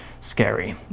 scary